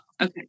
Okay